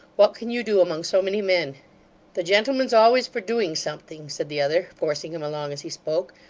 what can you do among so many men the gentleman's always for doing something said the other, forcing him along as he spoke.